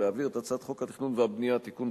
ולהעביר את הצעת חוק התכנון והבנייה (תיקון,